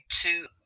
two